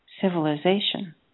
Civilization